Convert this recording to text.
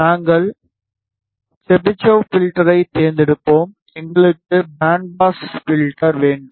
நாங்கள் செபிஷேவ் பில்டரை தேர்ந்தெடுப்போம் எங்களுக்கு பேண்ட் பாஸ் பில்டர் வேண்டும்